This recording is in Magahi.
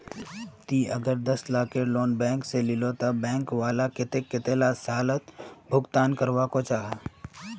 ती अगर दस लाखेर लोन बैंक से लिलो ते बैंक वाला कतेक कतेला सालोत भुगतान करवा को जाहा?